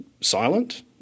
silent